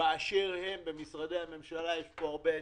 באשר הם במשרדי הממשלה ויש לכך הרבה עדים.